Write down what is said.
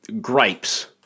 gripes